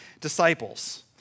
disciples